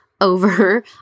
over